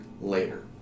later